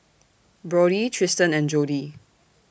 Brody Tristan and Jody